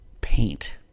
paint